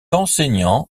enseignant